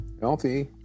healthy